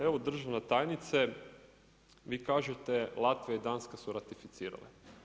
Evo državna tajnice, vi kažete Latvija i Danska su ratificirale.